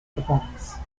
performance